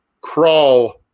crawl